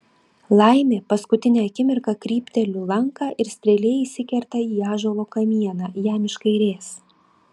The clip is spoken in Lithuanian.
laimė paskutinę akimirką krypteliu lanką ir strėlė įsikerta į ąžuolo kamieną jam iš kairės